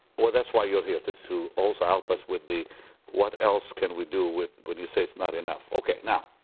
well, that's why you're here, to to also help us with the what else can we do when you say it's not enough. okay, now,